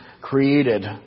created